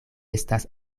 estas